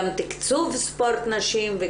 גם תקצוב ספורט נשים.